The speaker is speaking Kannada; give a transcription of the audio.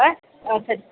ಹಾಂ ಹಾಂ ಸರಿ